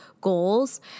goals